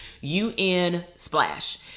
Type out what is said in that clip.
U-N-Splash